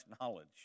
knowledge